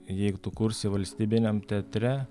jeigu tu kursi valstybiniam teatre